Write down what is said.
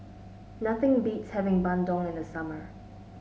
nothing beats having bandung in the summer